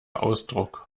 ausdruck